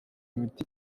imiti